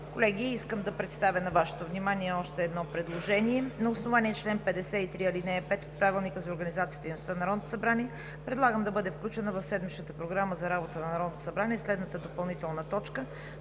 Колеги, искам да представя на Вашето внимание още едно предложение. На основание чл. 53, ал. 5 от Правилника за организацията и дейността на Народното събрание предлагам да бъде включена в седмичната Програма за работа на Народното събрание следната допълнителна точка: